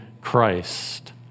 Christ